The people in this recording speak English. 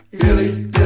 Billy